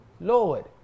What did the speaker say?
Lord